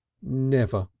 never!